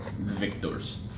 victors